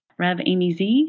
RevAmyZ